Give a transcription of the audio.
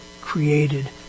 created